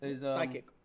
psychic